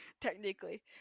technically